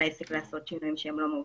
העסק לעשות שינויים שהם לא מהותיים.